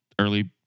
early